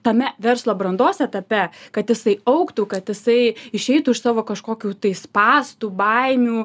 tame verslo brandos etape kad jisai augtų kad jisai išeitų iš savo kažkokių tai spąstų baimių